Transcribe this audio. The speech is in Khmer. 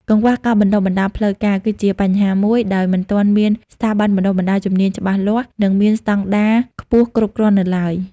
កង្វះការបណ្តុះបណ្តាលផ្លូវការ គឺជាបញ្ហាមួយ ដោយមិនទាន់មានស្ថាប័នបណ្តុះបណ្តាលជំនាញច្បាស់លាស់ និងមានស្តង់ដារខ្ពស់គ្រប់គ្រាន់នៅឡើយ។